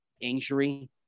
injury